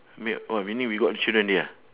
wait oh meaning we got uh children already ah